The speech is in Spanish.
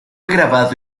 grabado